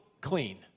clean